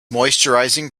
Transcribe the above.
moisturising